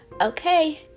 Okay